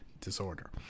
disorder